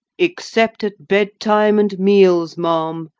except at bed-time, and meals, ma'am,